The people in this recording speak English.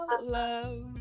love